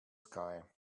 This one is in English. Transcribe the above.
sky